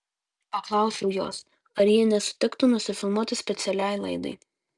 paklausiau jos ar ji nesutiktų nusifilmuoti specialiai laidai